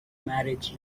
marriage